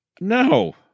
No